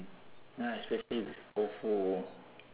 ya especially ofo